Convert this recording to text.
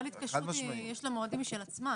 כל התקשרות יש לה מועדים משל עצמה.